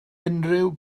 unrhyw